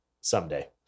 someday